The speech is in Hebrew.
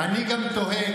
אני גם תוהה,